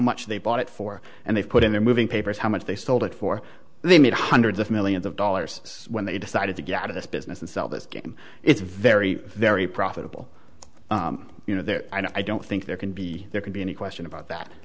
much they bought it for and they put in their moving papers how much they sold it for and they made hundreds of millions of dollars when they decided to get out of this business and sell this game it's very very profitable you know there i don't think there can be there can be any question about that